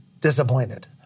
disappointed